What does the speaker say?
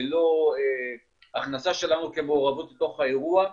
ללא הכנסה שלנו כמעורבות בתוך האירוע,